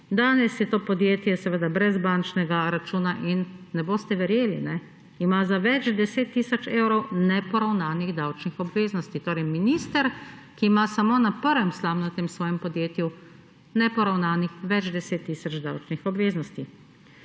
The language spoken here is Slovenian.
Danes je to podjetje seveda brez bančnega računa in, ne boste verjeli, ima za več deset tisoč evrov neporavnanih davčnih obveznosti. Torej minister, ki ima samo na prvem slamnatem svojem podjetju neporavnanih več deset tisoč davčnih obveznosti.